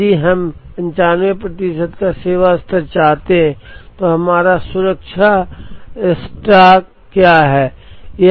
यदि हम 95 प्रतिशत का सेवा स्तर चाहते हैं तो हमारा सुरक्षा स्टॉक क्या है